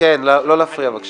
לא להפריע, בבקשה.